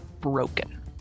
broken